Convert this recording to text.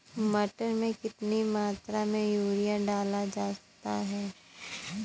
मटर में कितनी मात्रा में यूरिया डाला जाता है?